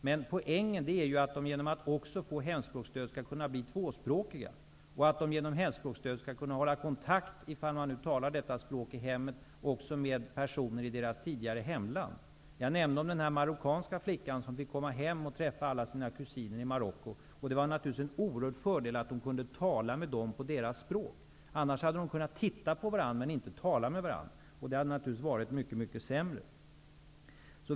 Men poängen är ju att barnen, genom att de får hemspråksstöd, skall kunna bli tvåspråkiga och att de genom hemspråksstödet skall kunna hålla kontakt -- ifall detta språk talas i hemmet -- med personer i deras tidigare hemland. Jag talade om den marockanska flickan, som fick komma hem till Marocko och träffa alla sina kusiner. Det var naturligtvis en oerhörd fördel att hon kunde tala med dem på deras språk, annars hade de kunnat titta på varandra, men inte tala med varandra. Det hade naturligtvis varit mycket mycket sämre.